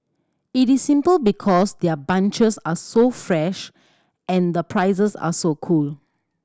it is simple because their bunches are so fresh and the prices are so cool